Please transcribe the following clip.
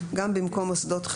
גם במקום "מוסדות חינוך",